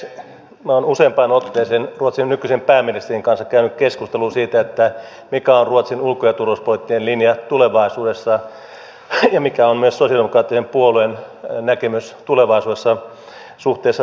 minä olen useampaan otteeseen ruotsin nykyisen pääministerin kanssa käynyt keskustelua siitä mikä on ruotsin ulko ja turvallisuuspoliittinen linja tulevaisuudessa ja mikä on myös sosialidemokraattisen puolueen näkemys tulevaisuudesta suhteessa natoon